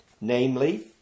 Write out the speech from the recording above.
Namely